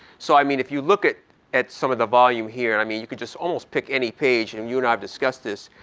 so i mean if you look at at some of the volume here, and i mean you could almost pick any page and you and i have discussed this,